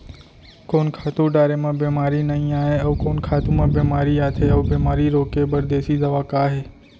कोन खातू डारे म बेमारी नई आये, अऊ कोन खातू म बेमारी आथे अऊ बेमारी रोके बर देसी दवा का हे?